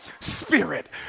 spirit